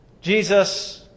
Jesus